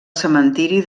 cementiri